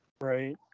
Right